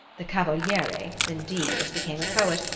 the cavaliere, indeed, as became a poet,